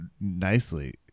Nicely